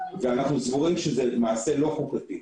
ואנו סבורים שזה מעשה לא חוקתי.